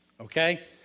Okay